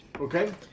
Okay